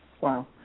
Wow